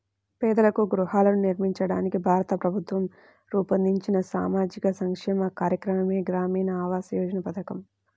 పేదలకు గృహాలను నిర్మించడానికి భారత ప్రభుత్వం రూపొందించిన సామాజిక సంక్షేమ కార్యక్రమమే గ్రామీణ ఆవాస్ యోజన పథకం